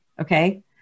Okay